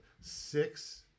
Six